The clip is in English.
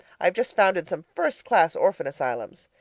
i have just founded some first-class orphan asylums.